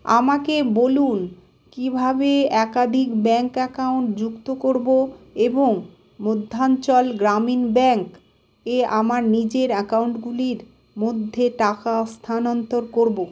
আমাকে বলুন কীভাবে একাধিক ব্যাঙ্ক অ্যাকাউন্ট যুক্ত করব এবং মধ্যাঞ্চল গ্রামীণ ব্যাঙ্ক এ আমার নিজের অ্যাকাউন্টগুলির মধ্যে টাকা স্থানান্তর করব